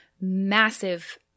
massive